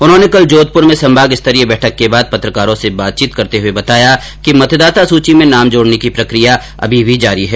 उन्होंने कल जोधपुर में संभाग स्तरीय बैठक के बाद पत्रकारों से बातचीत करते हुए बताया कि मतदाता सूची में नाम जोड़ने की प्रक्रिया अभी भी जारी है